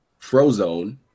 Frozone